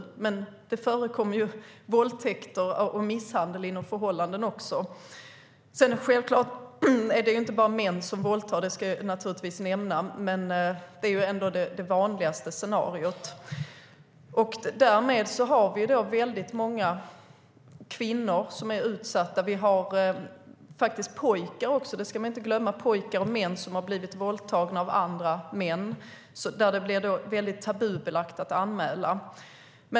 Det förekommer ju våldtäkter och misshandel även inom förhållanden. Självklart är det inte bara män som våldtar - det ska jag givetvis nämna - men det är det vanligaste scenariot. Därmed har vi väldigt många kvinnor som är utsatta, och faktiskt även pojkar. Vi ska inte glömma att det finns pojkar och män som har blivit våldtagna av andra män, och där blir det väldigt tabubelagt att anmäla.